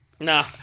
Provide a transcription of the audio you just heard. nah